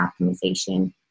optimization